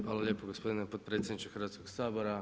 Hvala lijepo gospodine potpredsjedniče Hrvatskog sabora.